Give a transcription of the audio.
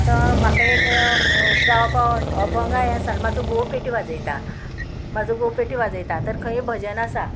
आतां म्हाका एक गांवपा वस अभंगाय आसान म्हाजो घोव पेटी वाजयता म्हाजो घोव पेटी वाजयता तर खंय भजन आसा